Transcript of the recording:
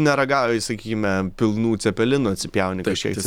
neragauji sakykime pilnų cepelinų atsipjauni kažkiek tais